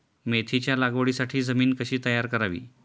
मेथीच्या लागवडीसाठी जमीन कशी तयार करावी?